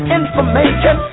information